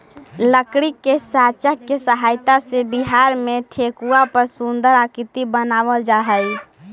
लकड़ी के साँचा के सहायता से बिहार में ठेकुआ पर सुन्दर आकृति बनावल जा हइ